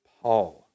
Paul